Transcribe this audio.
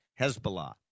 Hezbollah